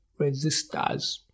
resistors